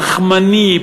תכמני,